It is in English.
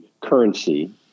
currency